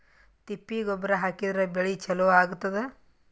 ತಿಪ್ಪಿ ಗೊಬ್ಬರ ಹಾಕಿದ್ರ ಬೆಳಿ ಚಲೋ ಆಗತದ?